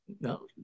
No